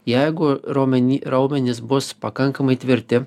jeigu raumeny raumenys bus pakankamai tvirti